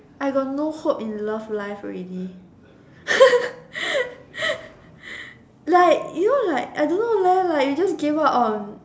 I got no hope in love life already like you know like I don't know love like you just gave up on